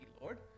Lord